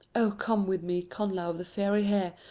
oh, come with me, connla of the fiery hair,